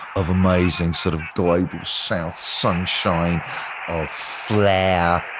of amazing sort of global south sunshine, of flair